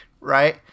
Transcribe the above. right